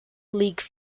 league